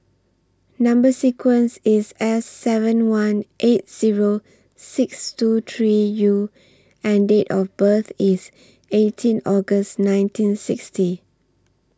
Number sequence IS S seven one eight Zero six two three U and Date of birth IS eighteen August nineteen sixty